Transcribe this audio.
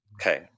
Okay